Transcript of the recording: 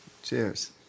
Cheers